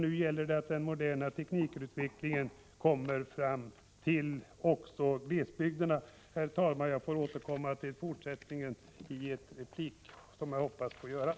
Nu gäller det att den moderna teknikutvecklingen kommer fram också till glesbygderna. Herr talman! Jag får fortsätta i ett senare anförande.